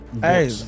Hey